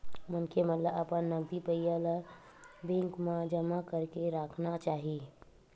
मनखे मन ल अपन नगदी पइया ल बेंक मन म जमा करके राखना चाही